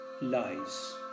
lies